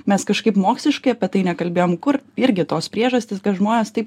mes kažkaip moksliškai apie tai nekalbėjom kur irgi tos priežastys kad žmonės tai